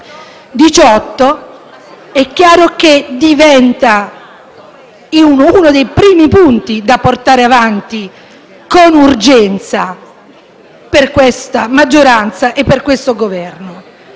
2013 e del 2018 diventa uno dei primi punti da portare avanti con urgenza per questa maggioranza e per questo Governo.